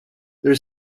there